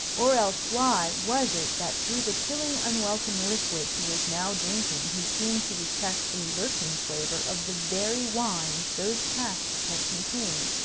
or else why was it that through the chilling, unwelcome liquid he was now drinking he seemed to detect a lurking flavour of the very wine those casks had contained,